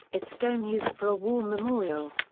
its stone used for a war memorial.